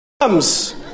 comes